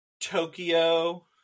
tokyo